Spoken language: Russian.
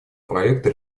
проекта